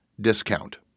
discount